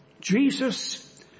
Jesus